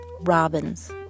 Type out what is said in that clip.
robins